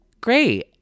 great